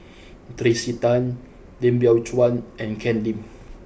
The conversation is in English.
Tracey Tan Lim Biow Chuan and Ken Lim